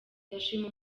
ndashima